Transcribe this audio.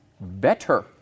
better